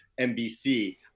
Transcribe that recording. NBC